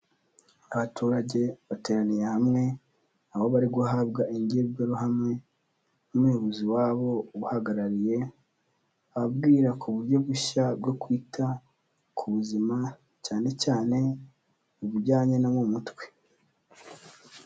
Abaturage bateraniye hamwe aho bari guhabwa imbwirwaruhame n'umuyobozi wabo ubahagarariye, ababwira ku buryo bushya bwo kwita ku buzima cyane cyane ibijyanye no mu mutwe.